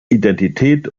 identität